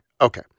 Okay